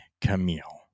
camille